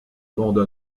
bandes